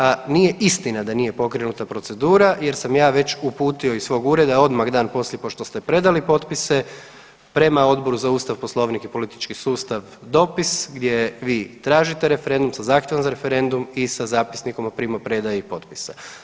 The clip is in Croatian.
A nije istina da nije pokrenuta procedura jer sam ja već uputio iz svog ureda odmah dan poslije pošto ste predali potpise prema Odboru za Ustav, Poslovnik i politički sustav dopis gdje vi tražite referendum sa zahtjevom za referendum i sa zapisnikom o primopredaji potpisa.